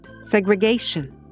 segregation